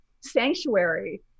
sanctuary